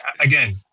again